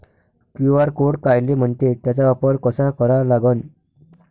QR code कायले म्हनते, त्याचा वापर कसा करा लागन?